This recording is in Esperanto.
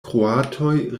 kroatoj